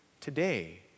today